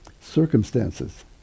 circumstances